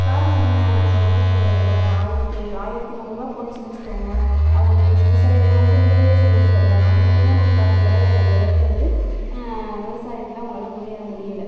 காரணம் என்ன நம்ம வந்து இப்போ ஒரு ஒரு ஆயிரத்தி ஆயிரத்தி முன்னூரூவா போணுச்சின்னு வெச்சுக்கோங்களேன் அவங்க விவசாயிகள்லாம் வந்து ரொம்ப சந்தோஷப்படுவாங்க ஆனா இப்போலா அப்படி அப்படி கிடையாது அந்த அளவுக்கு வந்து விவசாயத்தில் அவங்களால் முன்னேற முடியலை